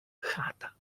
chata